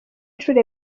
inshuro